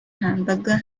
hamburger